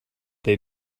they